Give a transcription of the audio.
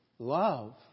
Love